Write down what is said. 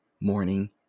morning